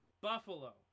Buffalo